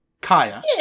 Kaya